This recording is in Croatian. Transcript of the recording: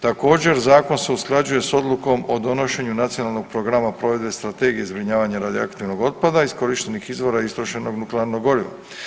Također zakon se usklađuje s odlukom o donošenju Nacionalnog programa provedbe strategije zbrinjavanja radioaktivno otpada iskorištenih izvora i istrošenog nuklearnog goriva.